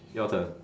your turn